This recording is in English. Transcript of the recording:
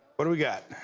what do we got?